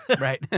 Right